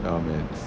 are mixed